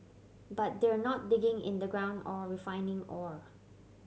but they're not digging in the ground or refining ore